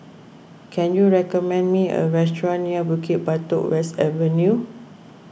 can you recommend me a restaurant near Bukit Batok West Avenue